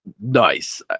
Nice